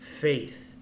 faith